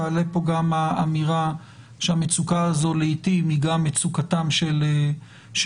תעלה פה גם האמירה שהמצוקה הזו לעתים גם מצוקתם של גברים,